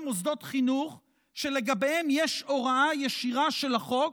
מוסדות חינוך שלגביהם יש הוראה ישירה של החוק,